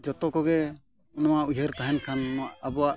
ᱡᱚᱛᱚ ᱠᱚᱜᱮ ᱱᱚᱣᱟ ᱩᱭᱦᱟᱹᱨ ᱛᱟᱵᱚᱱ ᱠᱷᱟᱱ ᱱᱚᱣᱟ ᱟᱵᱚᱣᱟᱜ